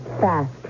fast